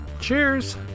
Cheers